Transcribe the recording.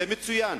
זה מצוין